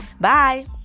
bye